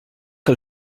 que